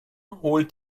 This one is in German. holt